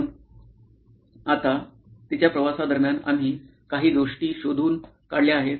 म्हणून आता तिच्या प्रवासादरम्यान आम्ही काही गोष्टी शोधून काढल्या आहेत